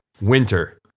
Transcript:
Winter